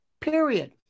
Period